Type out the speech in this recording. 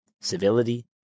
Civility